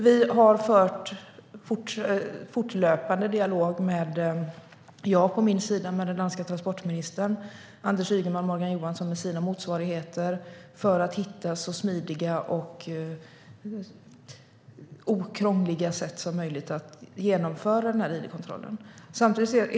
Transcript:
Vi har en fortlöpande dialog med danska ministrar, jag på min sida med den danska transportministern och Anders Ygeman och Morgan Johansson med sina motsvarigheter, för att hitta så smidiga och "okrångliga" sätt som möjligt att genomföra id-kontrollerna.